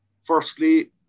Firstly